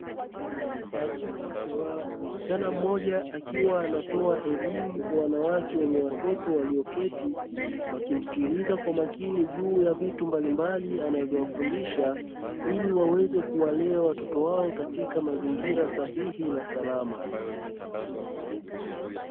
Msichana mmoja akiwa anatoa elimu kwa wanawake wenye watoto walioketi, wakimsikiliza kwa makini juu ya vitu mbalimbali anavyowafundisha, ili waweze kuwalea watoto wao katika mazingira sahihi na salama.